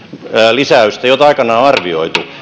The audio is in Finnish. lisäystä jota aikoinaan on arvioitu